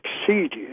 succeeded